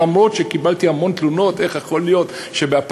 אף שקיבלתי המון תלונות איך יכול להיות שפקיד